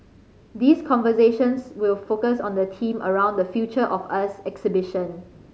these conversations will focus on the theme around the Future of us exhibition